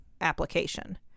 application